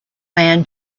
man